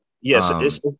Yes